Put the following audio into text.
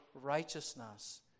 righteousness